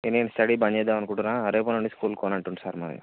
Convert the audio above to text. నేను స్టడీ బంద్ చేద్దాం అనుకుంటున్నారేపటి నుంచి స్కూల్ పోను అంటుండు సార్ మరి